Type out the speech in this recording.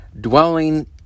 dwelling